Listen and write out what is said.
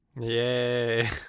Yay